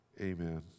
amen